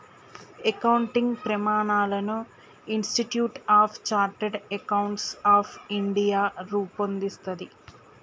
accounting ప్రమాణాలను institute of chartered accountants of India రూపొందిస్తది